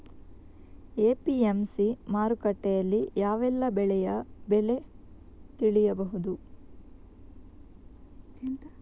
APMC ಮಾರುಕಟ್ಟೆಯಲ್ಲಿ ಯಾವೆಲ್ಲಾ ಬೆಳೆಯ ಬೆಲೆ ತಿಳಿಬಹುದು?